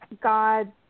God